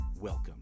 Welcome